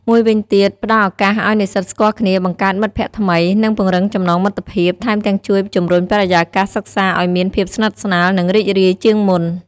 មួយវិញទៀត ផ្ដល់ឱកាសឱ្យនិស្សិតស្គាល់គ្នា បង្កើតមិត្តភក្តិថ្មី និងពង្រឹងចំណងមិត្តភាព ថែមទាំងជួយជំរុញបរិយាកាសសិក្សាអោយមានភាពស្និទ្ធស្នាល និងរីករាយជាងមុន។